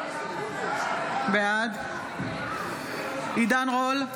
בעד עידן רול,